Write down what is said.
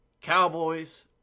Cowboys